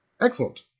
Excellent